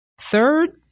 Third